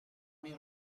nel